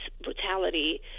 brutality